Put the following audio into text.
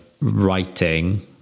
writing